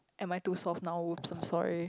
am I too soft now oops I'm sorry